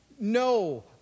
no